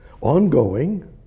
ongoing